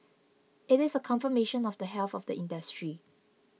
it is a confirmation of the health of the industry